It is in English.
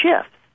shifts